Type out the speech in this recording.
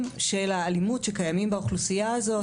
של האלימות שקיימים באוכלוסייה הזאת.